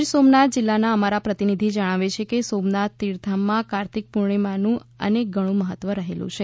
ગીરસોમનાથ જિલ્લાના અમારા પ્રતિનિધિ જણાવે છે કે સોમાનાથ તીર્થધામમાં કાર્તિક પૂર્ણિમાનું અનેક મહત્વ રહેલું છે